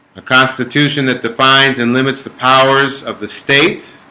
a constitution that defines and limits the powers of the state